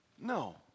No